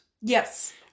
Yes